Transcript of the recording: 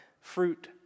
fruit